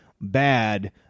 bad